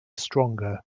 stronger